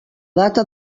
data